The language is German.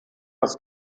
als